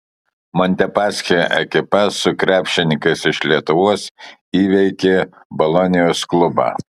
montepaschi ekipa su krepšininkais iš lietuvos įveikė bolonijos klubą